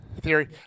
Theory